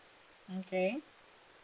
okay